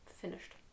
finished